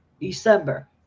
December